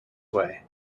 way